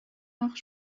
nach